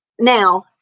now